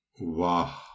Wow